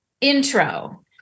intro